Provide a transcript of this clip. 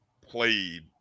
played